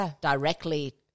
directly